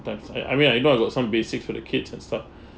sometimes I I mean I know I got some basic for the kids and stuff